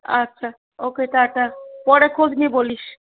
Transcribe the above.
আচ্ছা ও কে টা টা পরে খোঁজ নিয়ে বলিস